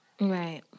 Right